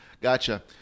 gotcha